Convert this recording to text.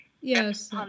yes